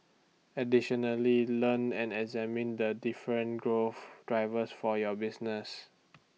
additionally learn and examine the different growth drivers for your business